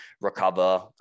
recover